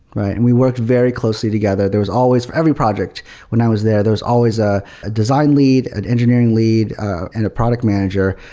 right? and we worked very closely together. there was always for every project when i was there, there was always ah a design lead, an engineering lead and a product manager.